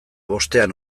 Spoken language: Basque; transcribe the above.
bostean